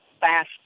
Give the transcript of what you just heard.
fast